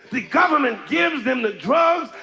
the government gives them the drugs,